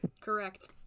Correct